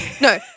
No